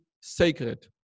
sacred